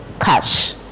cash